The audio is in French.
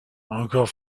encore